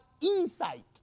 insight